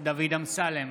דוד אמסלם,